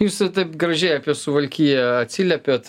jūs ir taip gražiai apie suvalkiją atsiliepiat